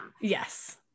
yes